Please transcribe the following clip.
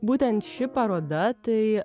būtent ši paroda tai